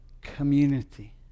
community